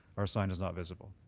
our sign is not visible.